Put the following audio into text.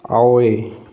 ꯑꯋꯣꯏ